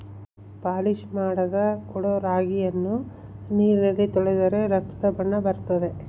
polish ಮಾಡದ ಕೊಡೊ ರಾಗಿಯನ್ನು ನೀರಿನಲ್ಲಿ ತೊಳೆದರೆ ರಕ್ತದ ಬಣ್ಣ ಬರುತ್ತದೆ